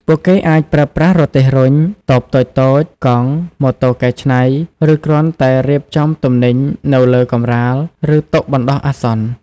ពួកគេអាចប្រើប្រាស់រទេះរុញ តូបតូចៗ កង់ ម៉ូតូកែច្នៃ ឬគ្រាន់តែរៀបចំទំនិញនៅលើកម្រាល ឬតុបណ្តោះអាសន្ន ។